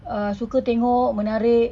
uh suka tengok menarik